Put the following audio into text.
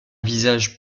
visage